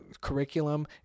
curriculum